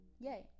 yay